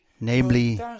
namely